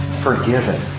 forgiven